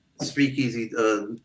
Speakeasy